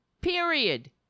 Period